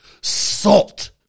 Salt